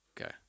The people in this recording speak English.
Okay